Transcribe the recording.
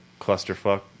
clusterfuck